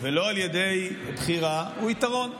ולא על ידי בחירה, הוא יתרון.